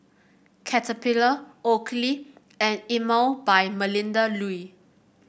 Caterpillar Oakley and Emel by Melinda Looi